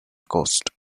coast